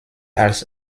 als